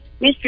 Mr